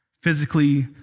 Physically